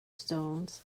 stones